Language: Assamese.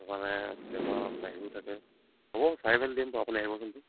সেইকাৰণে কেতিয়াবা বাঢ়িও থাকে হ'ব চাই মেলি দিম বাৰু আপুনি আহিবচোনটো